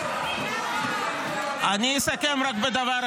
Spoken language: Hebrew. המליאה.) --- אני אסכם רק בדבר אחד.